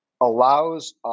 allows